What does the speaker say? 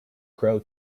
crow